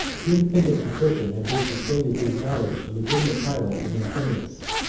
the independent patrician had been persuaded to acknowledge the legitimate title of anthemius,